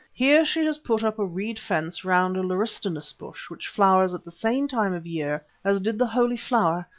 here she has put up a reed fence round a laurustinus bush which flowers at the same time of year as did the holy flower,